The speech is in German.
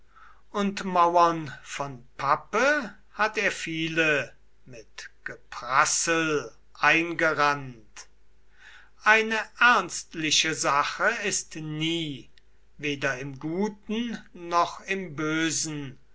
und mauern von pappe hat er viele mit geprassel eingerannt eine ernstliche sache ist nie weder im guten noch im bösen